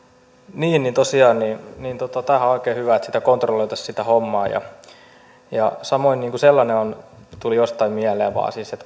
niin niin tosiaan tämähän on oikein hyvä että sitä hommaa kontrolloitaisiin samoin tuli vain jostain mieleen sellainen että